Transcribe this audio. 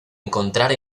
encontrar